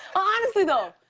honestly, though,